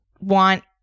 want